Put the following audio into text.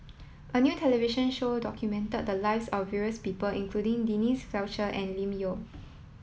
a new television show documented the lives of various people including Denise Fletcher and Lim Yau